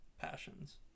passions